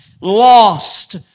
lost